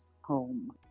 home